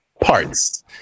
parts